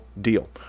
deal